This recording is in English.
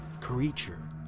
Creature